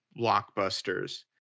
blockbusters